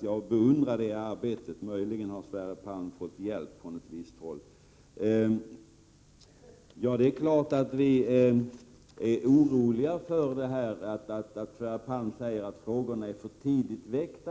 Jag beundrar alltså Sverre Palms arbete — möjligen har han fått hjälp från ett visst håll. Det är klart att vi blir oroliga när Sverre Palm säger att frågorna är för tidigt väckta.